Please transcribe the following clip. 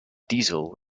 diesel